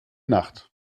nacht